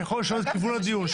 משהו שיכול לשנות את כיוון הדיון.